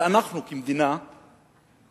אבל אנחנו כמדינה מפספסים,